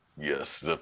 yes